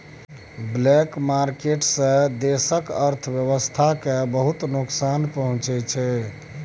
black market सँ देशक अर्थव्यवस्था केँ बहुत नोकसान पहुँचै छै